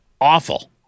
awful